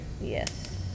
Yes